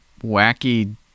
wacky